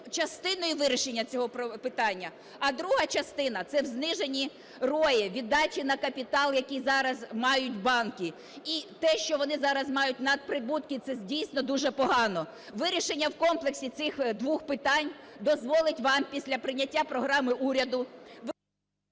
частиною вирішення цього питання. А друга частина, це в зниженні ROI, віддачі на капітал який зараз мають банки. І те, що вони зараз мають надприбутки, це дійсно дуже погано. Вирішення в комплексі цих двох питань дозволить вам після прийняття Програми уряду